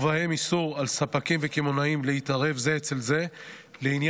ובהם איסור על ספקים וקמעונאים להתערב זה אצל זה לעניין